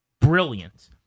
brilliant